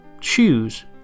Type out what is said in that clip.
choose